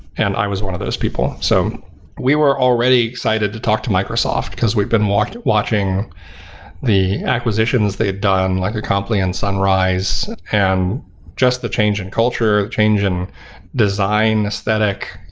and i was one of those people. so we were already excited to talk to microsoft, because we've been watching watching the acquisitions they've done, like acompli and sunrise, and just the changing and culture, change in design aesthetic,